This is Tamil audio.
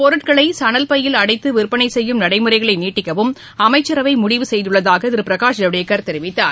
பொருட்களை சணல் பையில் அடைத்து விற்பனை செய்யும் நடைமுறைகளை நீட்டிக்கவும் அமைச்சரவை முடிவு செய்துள்ளதாக திரு பிரகாஷ் ஜவடேகர் தெரிவித்தார்